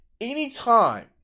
anytime